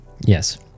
Yes